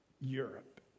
Europe